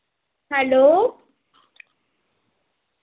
hello